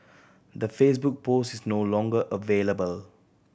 the Facebook post is no longer available